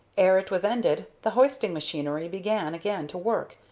ere it was ended, the hoisting-machinery began again to work,